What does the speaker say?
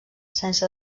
sense